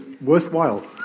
worthwhile